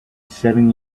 seven